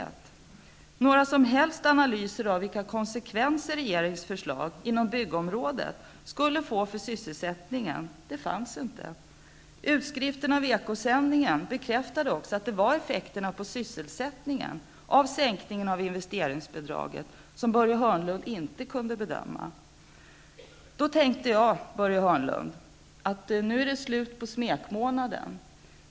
Det fanns inte några som helst analyser av vilka konsekvenser regeringens förslag inom byggområdet skulle få för sysselsättningen. Utskriften av Eko-sändningen bekräftade också att det var effekterna på sysselsättningen av sänkningen av investeringsbidraget som Börje Hörnlund inte kunde bedöma. Då tänkte jag, Börje Hörnlund, att nu är det slut på smekmånaden.